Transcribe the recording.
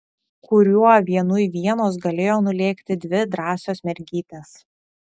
kuriuo vienui vienos galėjo nulėkti dvi drąsios mergytės